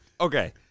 Okay